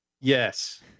Yes